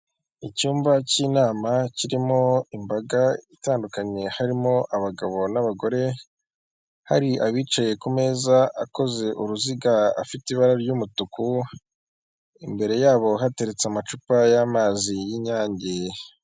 Icyumba cy'inama kirimo imbaga itandukanye harimo abagabo n'abagore, hari abicaye ku meza akoze uruziga afite ibara ry'umutuku, imbere yabo hateretse amacupa y'amazi y'inyange.